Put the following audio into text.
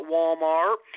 Walmart